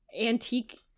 antique